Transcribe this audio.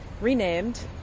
renamed